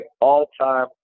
all-time